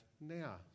now